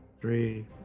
Three